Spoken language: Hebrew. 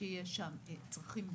שיש שם צרכים גדולים.